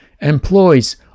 employs